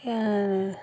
என்